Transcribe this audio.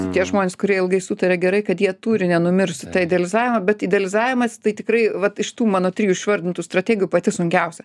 tie žmonės kurie ilgai sutaria gerai kad jie turi nenumirs tą idealizavimą bet idealizavimas tai tikrai vat iš tų mano trijų išvardintų strategijų pati sunkiausia